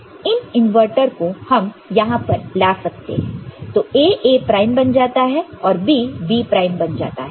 तो इन इनवर्टर को हम यहां पर ला सकते हैं तो A A प्राइम बन जाता है और B B प्राइम बन जाता है